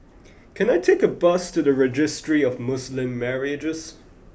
can I take a bus to the Registry of Muslim Marriages